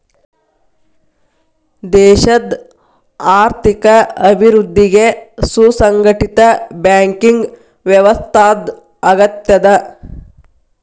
ದೇಶದ್ ಆರ್ಥಿಕ ಅಭಿವೃದ್ಧಿಗೆ ಸುಸಂಘಟಿತ ಬ್ಯಾಂಕಿಂಗ್ ವ್ಯವಸ್ಥಾದ್ ಅಗತ್ಯದ